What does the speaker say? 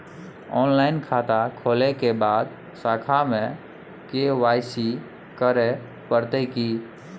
Online खाता खोलै के बाद शाखा में के.वाई.सी करे परतै की?